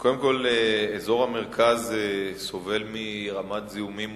קודם כול, אזור המרכז סובל מרמת זיהומים מוגברת.